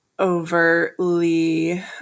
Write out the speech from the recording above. overtly